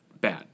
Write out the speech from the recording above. bad